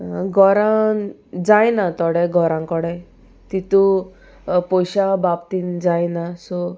घरान जायना थोडे घोरां कोडे तितू पोयशा बाबतीन जायना सो